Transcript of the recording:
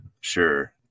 sure